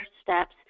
steps